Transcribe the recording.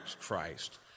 Christ